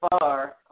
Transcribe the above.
far